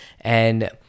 And-